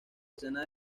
escenas